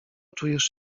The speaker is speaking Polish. czujesz